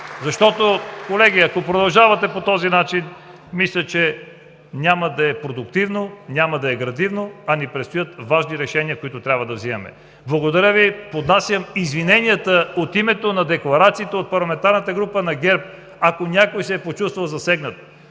ГЕРБ.) Колеги, ако продължавате по този начин, мисля, че няма да е продуктивно, няма да е градивно, а ни предстоят важни решения, които трябва да вземаме! Благодаря Ви, поднасям извиненията от името на декларациите от Парламентарната група на ГЕРБ, ако някой се е почувствал засегнат.